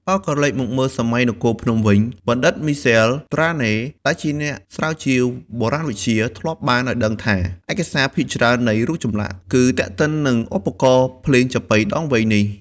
បើក្រឡេកមើលសម័យនគរភ្នំវិញ បណ្ឌិតមីសែល ត្រាណេ ដែលជាអ្នកស្រាវជ្រាវបុរាណវិទ្យា ធ្លាប់បានឲ្យដឹងថា ឯកសារភាគច្រើននៃរូបចម្លាក់ គឺទាក់ទិនទៅនឹងឧបករណ៍ភ្លេងចាប៉ីដងវែងនេះ។